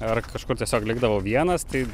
ar kažkur tiesiog likdavau vienas tai